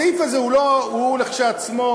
הסעיף הזה, הוא כשלעצמו,